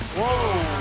whoa!